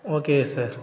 okay sir